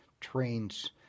trains